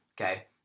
Okay